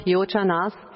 Yojanas